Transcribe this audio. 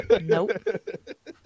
Nope